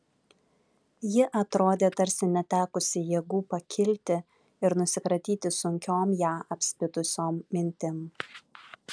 ji atrodė tarsi netekusi jėgų pakilti ir nusikratyti sunkiom ją apspitusiom mintim